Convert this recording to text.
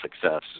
success